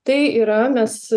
tai yra mes